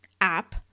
app